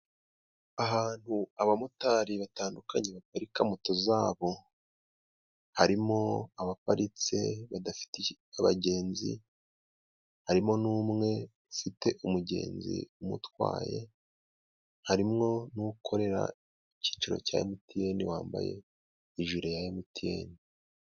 Ahantu abamotari batandukanye baparika moto zabo, harimo abaparitse badafite abagenzi harimo n'umwe ufite umugenzi umutwaye, harimwo n'ukorera icyicaro cya MTN wambaye ijire ya MTN.